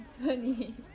funny